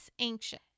anxious